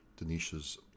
Denisha's